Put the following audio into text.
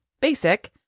basic